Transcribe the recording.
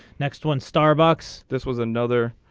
next one starbucks this was another.